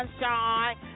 sunshine